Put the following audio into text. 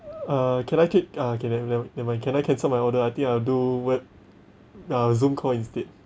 uh can I keep uh okay never never never mind can I I cancel my order I think I will do web uh zoom call instead